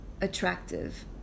attractive